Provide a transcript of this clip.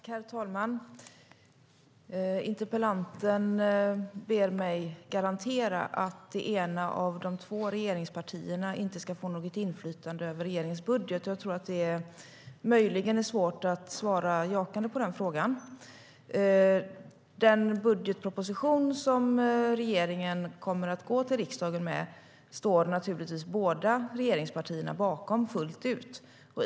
Herr talman! Interpellanten ber mig garantera att det ena av de två regeringspartierna inte ska få något inflytande över regeringens budget. Jag tror att det är svårt att svara jakande på den frågan. Den budgetproposition som regeringen kommer att gå till riksdagen med står naturligtvis båda regeringspartierna bakom fullt ut.